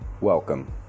welcome